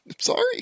Sorry